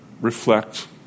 reflect